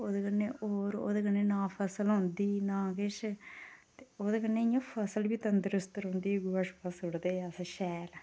ओह्दे कन्नै होर ना फसल होंदी ना किश ते ओह्दे कन्नै इ'यां फसल बी तंदरुस्त रौंह्दी गोहा सु'ट्टदे हे अस शैल